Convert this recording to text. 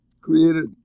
created